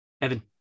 Evan